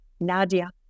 Nadia